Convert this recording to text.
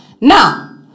Now